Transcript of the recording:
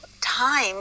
time